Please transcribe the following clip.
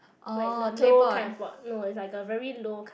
like the low kind of pot no is like a very low kind